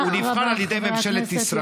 בשביל זה הוא נבחר על ידי ממשלת ישראל.